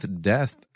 death